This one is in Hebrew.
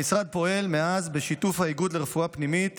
המשרד פועל מאז בשיתוף האיגוד לרפואה פנימית